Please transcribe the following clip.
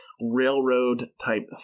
railroad-type